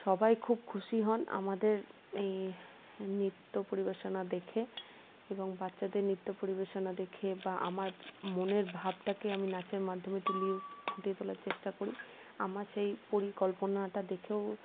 সবাই খুব খুশি হন আমাদের এই নৃত্য পরিবেশনা দেখে এবং বাচ্চাদের নৃত্য পরিবেশনা দেখে বা আমার মনের ভাবটাকে আমি নাচের মাধ্যমে তুলি ফুটিয়ে তোলার চেষ্টা করি আমার সেই পরিকল্পনাটা দেখেও